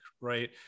right